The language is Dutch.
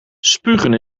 spugen